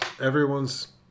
everyone's